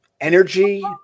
energy